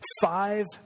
five